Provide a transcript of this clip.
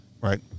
right